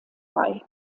bei